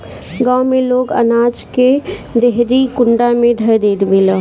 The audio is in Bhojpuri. गांव में लोग अनाज के देहरी कुंडा में ध देवेला